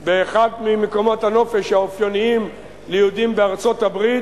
באחד ממקומות הנופש האופייניים ליהודים בארצות-הברית,